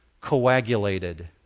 Coagulated